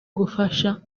gufasha